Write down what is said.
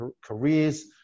careers